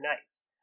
nice